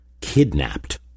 kidnapped